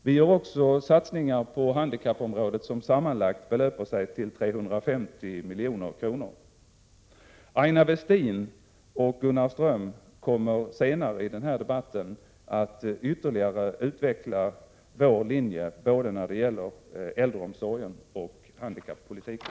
Vi har också satsningar på handikappområdet som sammanlagt belöper sig till 350 miljoner. Aina Westin och Gunnar Ström kommer senare i denna debatt att ytterligare utveckla vår linje när det gäller både äldreomsorgen och handikappolitiken.